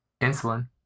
Insulin